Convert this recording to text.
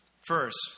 First